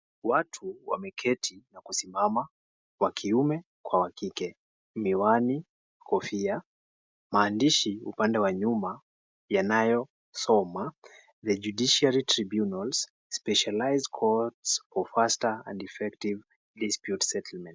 Watu wameketi na kusimama, wakiume kwa wa kike. Miwani, kofia, maandishi upande wa nyuma yanayosoma The Judiciary Tribunala. Specialized courts for faster and effective dispute settlements .